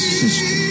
sister